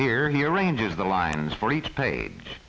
here he arranges the lines for each page